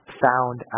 found